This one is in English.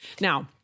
Now